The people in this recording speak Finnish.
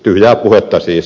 tyhjää puhetta siis